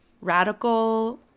radical